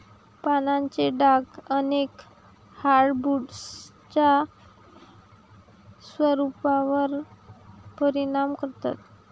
पानांचे डाग अनेक हार्डवुड्सच्या स्वरूपावर परिणाम करतात